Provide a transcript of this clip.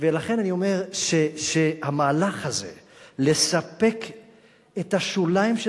ולכן אני אומר שהמהלך הזה לספק את השוליים של